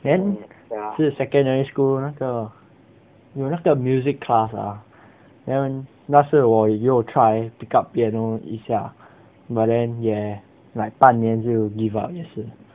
then 是 secondary school 那个有那个 music class ah then 那时我也有 try pick up piano 一下 but then 也 like 半年就 give up 也是